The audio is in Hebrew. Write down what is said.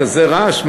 כזה רעש,